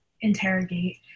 interrogate